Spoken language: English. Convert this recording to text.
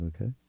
okay